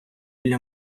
для